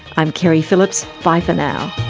i'm keri phillips. bye for now